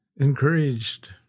encouraged